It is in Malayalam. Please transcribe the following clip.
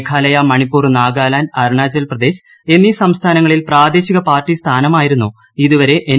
മേഘാലയ മണിപ്പൂർ നാഗാലാന്റ് അരുണാചൽപ്രദേശ് എന്നീ സംസ്ഥാനങ്ങളിൽ പ്രാദേശിക പാർട്ടി സ്ഥാനമായിരുന്നു ഇതുവരെ എൻ